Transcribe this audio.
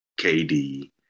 KD